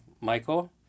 Michael